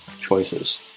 choices